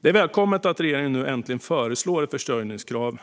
Det är välkommet att regeringen nu äntligen föreslår ett försörjningskrav